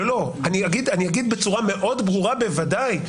אגיד בצורה ברורה מאוד: בוודאי.